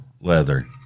leather